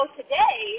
today